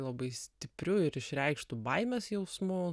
labai stipriu ir išreikštu baimės jausmu